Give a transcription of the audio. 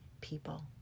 people